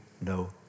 no